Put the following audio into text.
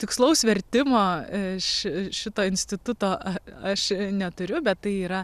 tikslaus vertimo iš šito instituto aš neturiu bet tai yra